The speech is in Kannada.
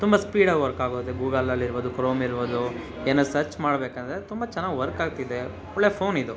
ತುಂಬ ಸ್ಪೀಡಾಗಿ ವರ್ಕ್ ಆಗುತ್ತೆ ಗೂಗಲಲ್ಲಿ ಇರ್ಬೋದು ಕ್ರೋಮ್ ಇರ್ಬೋದು ಏನೋ ಸರ್ಚ್ ಮಾಡಬೇಕಂದ್ರೆ ತುಂಬ ಚೆನ್ನಾಗಿ ವರ್ಕ್ ಆಗ್ತಿದೆ ಒಳ್ಳೆ ಫೋನಿದು